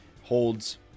holds